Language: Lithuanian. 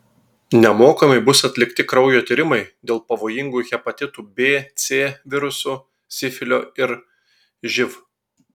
nemokamai bus atlikti kraujo tyrimai dėl pavojingų hepatitų b c virusų sifilio ir živ